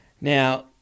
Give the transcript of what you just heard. Now